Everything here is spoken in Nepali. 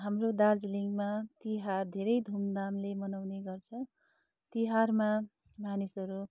हाम्रो दार्जिलिङमा तिहार धेरै धुमधामले मनाउने गर्छ तिहारमा मानिसहरू